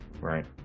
right